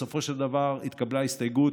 בסופו של דבר התקבלה הסתייגות